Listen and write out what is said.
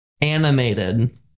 animated